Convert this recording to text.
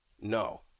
no